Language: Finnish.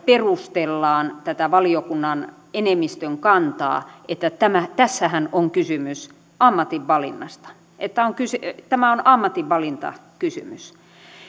perustellaan tätä valiokunnan enemmistön kantaa sillä että tässähän on kysymys ammatinvalinnasta että tämä on ammatinvalintakysymys